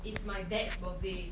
is my dad's birthday